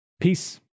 Peace